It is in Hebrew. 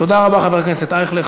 תודה רבה, חבר הכנסת אייכלר.